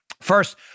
First